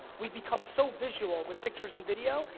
we become so visual with pictures and video,